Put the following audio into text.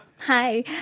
Hi